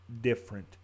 different